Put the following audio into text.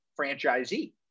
franchisee